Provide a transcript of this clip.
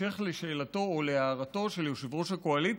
בהמשך לשאלתו או להערתו של יושב-ראש הקואליציה,